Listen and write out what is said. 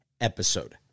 episode